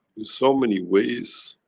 in so many ways,